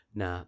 na